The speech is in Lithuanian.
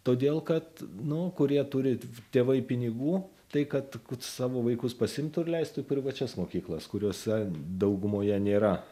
todėl kad nu kurie turi tėvai pinigų tai kad savo vaikus pasiimtų ir leistų į privačias mokyklas kuriose daugumoje nėra